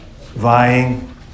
vying